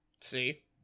See